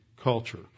culture